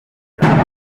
shami